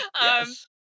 Yes